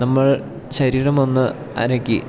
നമ്മൾ ശരീരമൊന്ന് അനക്കി